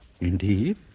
Indeed